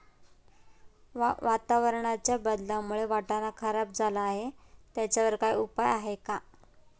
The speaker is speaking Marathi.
वातावरणाच्या बदलामुळे वाटाणा खराब झाला आहे त्याच्यावर काय उपाय आहे का?